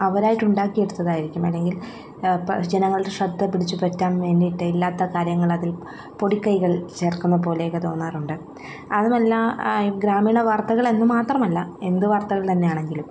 അവരായിട്ട് ഉണ്ടാക്കിയെടുത്തതായിരിക്കും അല്ലെങ്കിൽ പ ജനങ്ങളുടെ ശ്രദ്ധ പിടിച്ചുപറ്റാൻ വേണ്ടിയിട്ട് ഇല്ലാത്ത കാര്യങ്ങൾ അതിൽ പൊടിക്കൈകൾ ചേർക്കുന്നത് പോലെ ഒക്കെ തോന്നാറുണ്ട് അതുമല്ല ഗ്രാമീണ വാർത്തകൾ എന്ന് മാത്രമല്ല എന്ത് വാർത്തകൾ തന്നെയാണെങ്കിലും